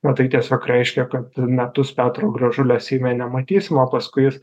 na tai tiesiog reiškia kad metus petro gražulio seime nematysim o paskui jis